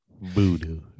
Voodoo